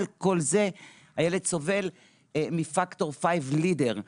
על כל זה הילד סובל מפקטור פייב ליידן,